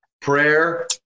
prayer